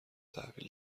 تحویل